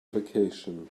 vacation